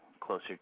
closer